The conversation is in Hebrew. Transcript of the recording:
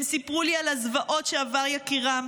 הם סיפרו לי על הזוועות שעבר יקירם,